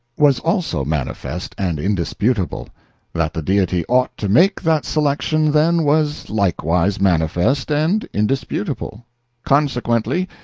was also manifest and indisputable that the deity ought to make that selection, then, was likewise manifest and indisputable consequently,